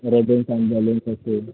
ribbons and बलून्सचा cake